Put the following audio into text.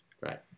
Right